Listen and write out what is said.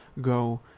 go